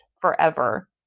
forever